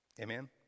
Amen